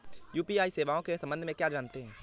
UPI सेवाओं के संबंध में क्या जानते हैं?